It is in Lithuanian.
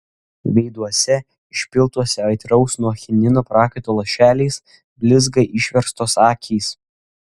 veiduose išpiltuose aitraus nuo chinino prakaito lašeliais blizga išverstos akys